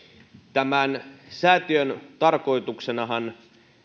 tämän säätiön tarkoituksenahan